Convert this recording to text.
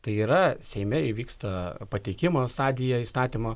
tai yra seime įvyksta pateikimo stadija įstatymo